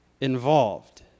involved